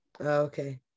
Okay